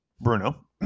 Bruno